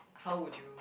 how would you